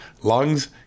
lungs